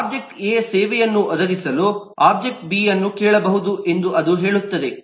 object A ಸೇವೆಯನ್ನು ಒದಗಿಸಲು object B ಅನ್ನು ಕೇಳಬಹುದು ಎಂದು ಅದು ಹೇಳುತ್ತದೆ